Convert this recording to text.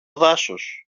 δάσος